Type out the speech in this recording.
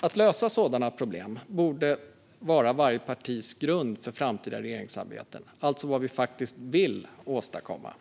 Att lösa sådana problem borde vara varje partis grund för framtida regeringssamarbete, alltså vad vi faktiskt vill åstadkomma.